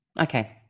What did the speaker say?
Okay